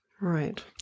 Right